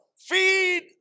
feed